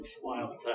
smile